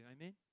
Amen